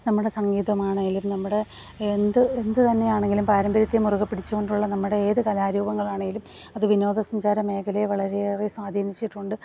നമ്മുടെ സംഗീതമാണെങ്കിലും നമ്മുടെ എന്ത് എന്ത് തന്നെ ആണെങ്കിലും പാരമ്പര്യത്തെ മുറുകെ പിടിച്ചുകൊണ്ടുള്ള നമ്മുടെ ഏത് കലാരൂപങ്ങളാണെങ്കിലും അത് വിനോദസഞ്ചാരമേഖലയെ വളരെയേറെ സ്വാധീനിച്ചിട്ടുണ്ട്